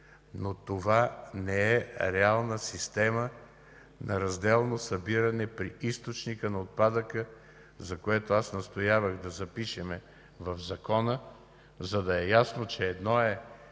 но това не е реална система на разделно събиране при източника на отпадъка, за което аз настоявах да запишем в закон, за да е ясно, че едно е